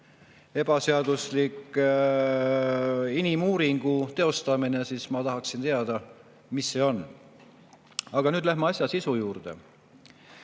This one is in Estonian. ebaseaduslik inimuuringu teostamine, siis ma tahaksin teada, mis see on. Aga nüüd läheme asja sisu juurde.